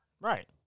Right